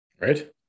Right